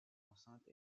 enceinte